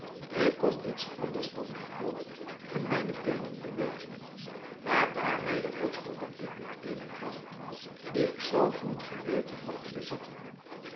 ik kon niets anders dan mijn hoofd en mijne beenen be wegen maar daarmede worstelde ik met eene kracht dieik zelf niet geweten had te bezitten